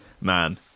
man